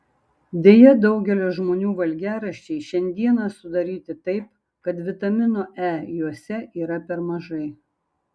deja daugelio žmonių valgiaraščiai šiandieną sudaryti taip kad vitamino e juose yra per mažai